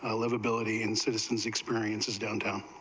ah livability and systems experiences down down